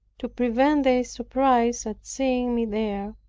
to prevent their surprise at seeing me there,